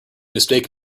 mistake